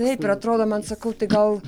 taip ir atrodo man sakau tai gal